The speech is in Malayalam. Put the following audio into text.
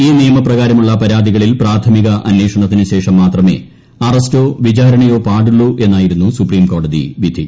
ഈ നിയമപ്രകാരമുള്ള പരാതികളിൽ പ്രാഥമിക അന്വേഷണത്തിന് ശേഷം മാത്രമേ അറസ്റ്റോ വിചാരണയോ പാടുള്ളൂ എന്നായിരുന്നു സുപ്രീംകോടതി വിധി